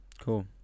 Cool